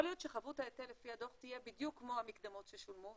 יכול להיות שחבות ההיטל לפי הדוח תהיה בדיוק כמו המקדמות ששולמו,